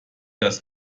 das